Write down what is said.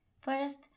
First